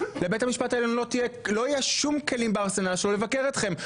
לבית המשפט העליון לא יהיה שום כלים בארסנל שלו לבקר אתכם,